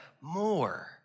more